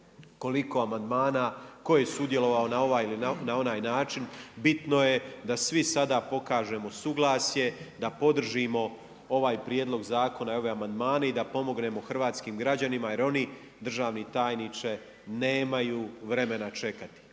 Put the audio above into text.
koliko amandmana, tko je sudjelovao na ovaj ili na onaj način, bitno je da svi sada pokažemo suglasje, da podržimo ovaj prijedlog zakona i ove amandmane, i da pomognemo hrvatskim građanima jer oni državni tajniče nemaju vremena čekati,